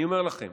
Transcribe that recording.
אני אומר לכם,